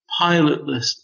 pilotless